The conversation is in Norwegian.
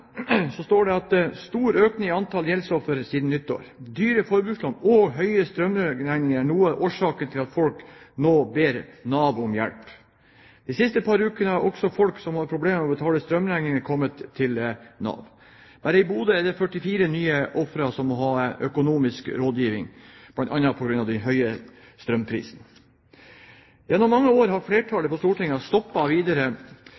så opptatt av. Dette er et godt eksempel på at Regjeringens avgiftspolitikk bidrar til at folk får dårlig råd. Men det stopper ikke der. I et oppslag i NRK Nordland står det: «Stor økning i antall gjeldsoffer siden nyttår. Dyre forbrukslån og høye strømregninger er noe av årsaken til at folk nå ber NAV om hjelp. De siste par ukene har også folk som har problemer med å betale strømregningene kommet til NAV.» Bare i Bodø er det